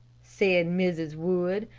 said mrs. wood.